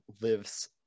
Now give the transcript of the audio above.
lives